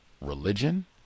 Religion